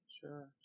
Sure